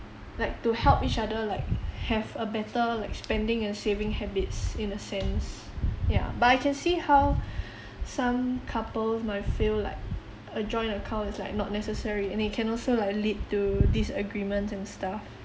like to help each other like have a better like spending and saving habits in a sense ya but I can see how some couples might feel like a joint account is like not necessary and it can also like lead to disagreements and stuff